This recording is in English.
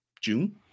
June